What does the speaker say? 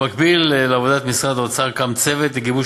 במקביל לעבודת משרד האוצר קם צוות לגיבוש